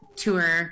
tour